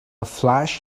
flash